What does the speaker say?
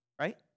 right